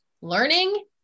learning